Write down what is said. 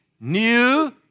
new